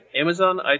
Amazon